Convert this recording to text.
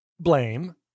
Blame